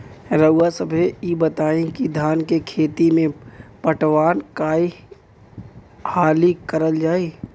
रउवा सभे इ बताईं की धान के खेती में पटवान कई हाली करल जाई?